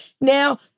now